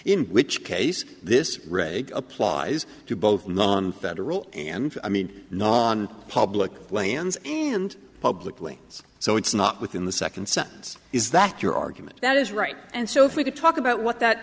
in which case this rate applies to both federal and i mean non public lands and publicly so it's not within the second sentence is that your argument that is right and so if we could talk about what that